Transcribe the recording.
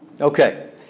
Okay